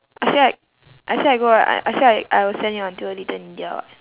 I say like I say I go I I say I I will send you until little india [what]